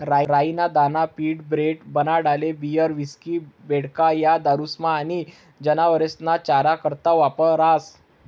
राई ना दाना पीठ, ब्रेड, बनाडाले बीयर, हिस्की, वोडका, या दारुस्मा आनी जनावरेस्ना चारा करता वापरास